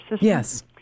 Yes